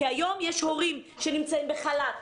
כי היום יש הורים שנמצאים בחל"ת,